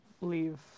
leave